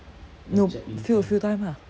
no fill a few time ah